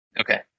Okay